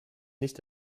nicht